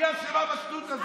היא אשמה בשטות הזאת.